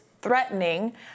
threatening